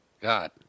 God